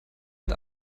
mit